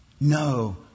No